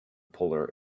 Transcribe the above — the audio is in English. puller